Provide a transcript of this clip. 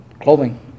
clothing